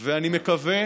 ואני מקווה